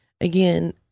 again